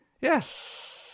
Yes